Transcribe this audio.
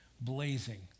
blazing